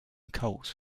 cults